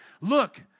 look